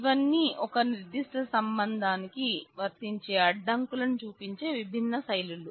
ఇవన్నీ ఒక నిర్దిష్ట సంబంధానికి వర్తించే అడ్డంకులను చూపించే విభిన్న శైలులు